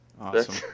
Awesome